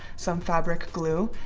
some fabric glue,